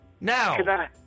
Now